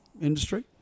industry